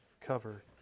cover